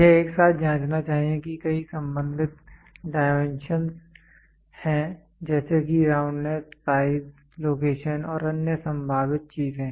यह एक साथ जाँचना चाहिए कि कई संबंधित डाइमेंशंस हैं जैसे कि राउंडनेस साइज लोकेशन और अन्य संभावित चीजें